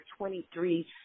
23